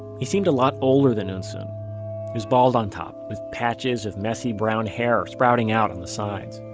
he seemed a lot older than eunsoon. he was bald on top, with patches of messy brown hair sprouting out on the sides.